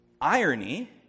irony